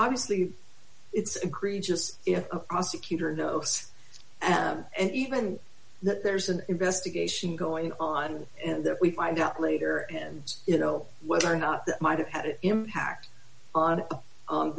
obviously it's a green just a prosecutor notice and even that there's an investigation going on and that we find out later and you know whether or not that might have had an impact on